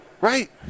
Right